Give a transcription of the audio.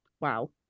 wow